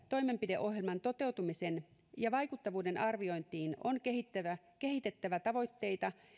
toimenpideohjelman toteutumisen ja vaikuttavuuden arviointiin on kehitettävä tavoitteita